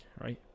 right